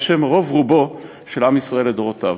בשם רוב רובו של עם ישראל לדורותיו.